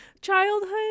childhood